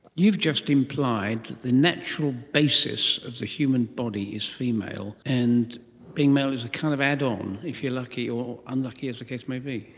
you've just implied the natural basis of the human body is female, and being male is a kind of add-on if you're lucky, or unlucky as the case may be.